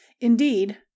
Indeed